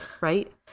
right